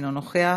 אינו נוכח,